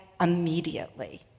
immediately